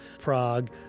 Prague